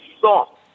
soft